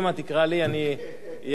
אני אהיה האינסטלטור.